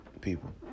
people